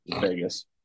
vegas